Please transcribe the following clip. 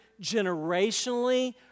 generationally